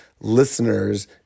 listeners